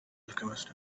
alchemist